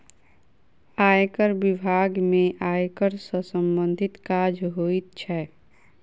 आयकर बिभाग में आयकर सॅ सम्बंधित काज होइत छै